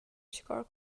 چیکار